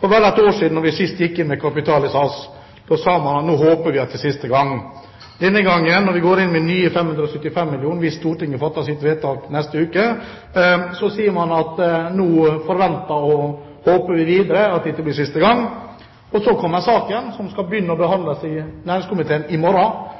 For vel et år siden, da vi sist gikk inn med kapital i SAS, sa man at nå håper vi at det er siste gang. Denne gangen, når vi går inn med nye 575 mill. kr, hvis Stortinget fatter vedtak om det neste uke, sier man at nå forventer og håper vi at dette blir siste gang. Så kommer denne saken, som vi skal begynne behandlingen av i næringskomiteen i morgen,